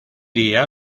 día